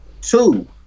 Two